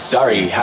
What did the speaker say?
Sorry